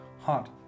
hot